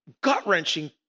gut-wrenching